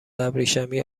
ابریشمی